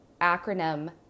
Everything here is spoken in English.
acronym